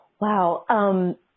Wow